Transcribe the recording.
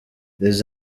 les